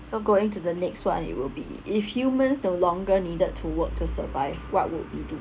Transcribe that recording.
so going to the next one it will be if humans no longer needed to work to survive what would we do